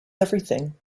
everything